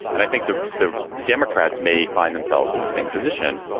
and i think the the democrats may find themselves in the same position,